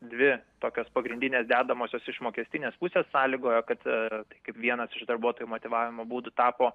dvi tokios pagrindinės dedamosios iš mokestinės pusės sąlygoja kad kaip vienas iš darbuotojų motyvavimo būdų tapo